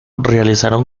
realizaron